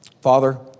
Father